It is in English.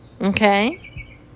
Okay